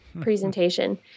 presentation